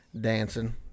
dancing